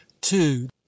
two